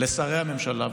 לשרי הממשלה,